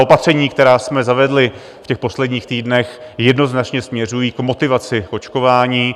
Opatření, která jsme zavedli v posledních týdnech, jednoznačně směřují k motivaci k očkování.